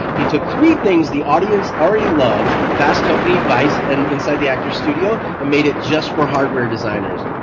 he took three things the audience already loved, fast company, vice, and inside the actor's studio and made it just for hardware designers.